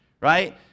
right